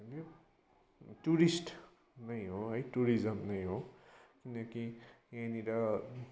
tourist नै हो है टुरिज्म नै हो किनकि त्यहाँनिर